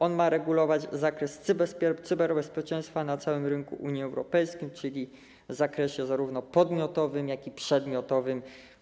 Ono ma regulować zakres cyberbezpieczeństwa na całym rynku Unii Europejskiej, czyli w zakresie zarówno podmiotowym, jak i przedmiotowym.